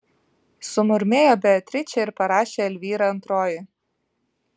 sumurmėjo beatričė ir parašė elvyra antroji